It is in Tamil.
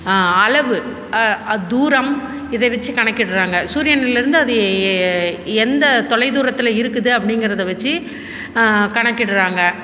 அளவு தூரம் இதை வச்சு கணக்கிடுறாங்கள் சூரியனிலேருந்து அது எந்த தொலை தூரத்தில் இருக்குது அப்படிங்கிறத வச்சு கணக்கிடுறாங்கள்